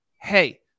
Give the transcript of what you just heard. Hey